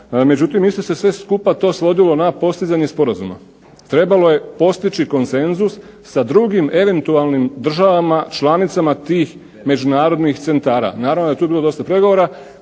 Međutim, isto se sve skupa to svodila na postizanje sporazuma. Trebalo je postići konsenzus sa drugim eventualnim državama članicama tih međunarodnih centara. Naravno da je tu bilo dosta pregovora,